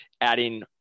adding